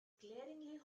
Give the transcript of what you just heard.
glaringly